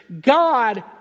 God